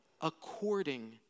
according